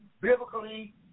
biblically